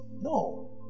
No